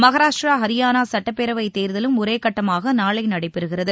மஹாராஷ்ட்ரா ஹரியானா சட்டப்பேரவைத் தேர்தலும் ஒரே கட்டமாக நாளை நடைபெறுகிறது